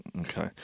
Okay